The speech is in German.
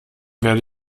werde